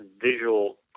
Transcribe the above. visual